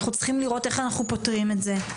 אנחנו צריכים לראות איך אנחנו פותרים את זה.